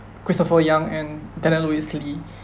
christopher young and daniel lewis lee